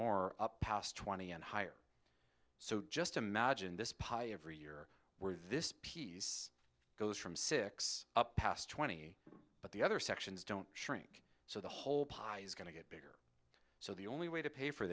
more up past twenty and higher so just imagine this pipe every year where this piece goes from six up past twenty but the other sections don't shrink so the whole pie is going to get bigger so the only way to pay for